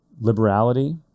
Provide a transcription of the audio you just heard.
liberality